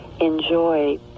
enjoy